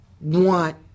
want